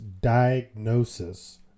diagnosis